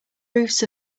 roofs